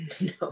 No